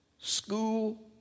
school